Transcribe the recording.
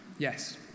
Yes